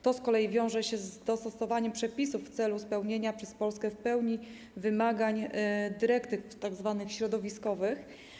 To z kolei wiąże się z dostosowaniem przepisów w celu spełnienia przez Polskę w pełni wymagań dyrektyw tzw. środowiskowych.